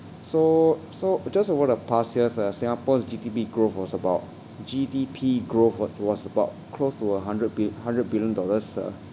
so so just over the past year's uh singapore's G_D_P growth was about G_D_P growth w~ was about close to a hundred bil~ hundred billion dollars uh